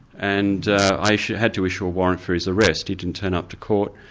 and i had to issue a warrant for his arrest, he didn't turn up to court.